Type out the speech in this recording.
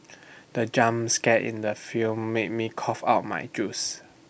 the in the film made me cough out my juice